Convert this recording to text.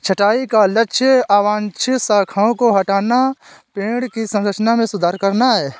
छंटाई का लक्ष्य अवांछित शाखाओं को हटाना, पेड़ की संरचना में सुधार करना है